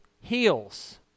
heals